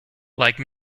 like